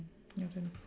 your turn